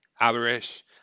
average